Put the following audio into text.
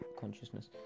consciousness